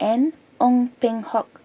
and Ong Peng Hock